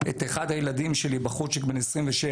את אחד הילדים שלי בחוץ, בן 27,